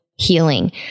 healing